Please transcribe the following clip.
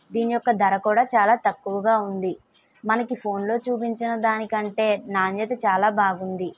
దీని యొక్క ధర కూడా చాలా తక్కువగా ఉంది మనకి ఫోన్ లో చూపించిన దాని కంటే నాణ్యత చాలా బాగుంది